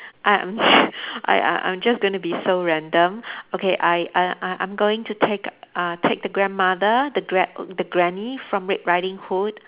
I'm I I I'm just going to be so random okay I I I I'm going to take uh take the grandmother the gra~ the granny from red riding hood